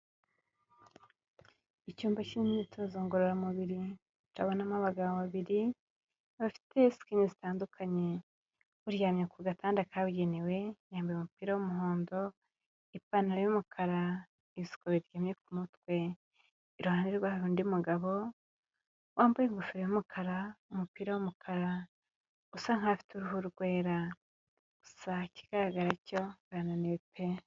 Icyumba cy'imyitozo ngororamubiri, ndabonamo abagabo babiri, bafite sikini zitandukanye, uryamye ku gatanda kabugewe yambaye umupira w'umuhondo, ipantaro y'umukara, ibisuko biryamye ku mutwe, iruhande rwaho hari undi mugabo wambaye ingofero y'umukara, umupira w'umukara, usa nkaho afite uruhu rwera, gusa ikigaragara cyo barananiwe pe.